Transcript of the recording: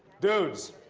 dudes,